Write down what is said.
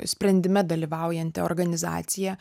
sprendime dalyvaujanti organizacija